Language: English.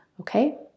Okay